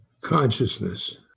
consciousness